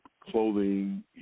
clothing